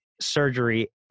surgery